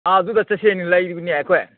ꯑꯥ ꯑꯗꯨꯗ ꯆꯠꯁꯦ ꯍꯥꯏꯅ ꯂꯩꯔꯤꯕꯅꯦ ꯑꯩꯈꯣꯏ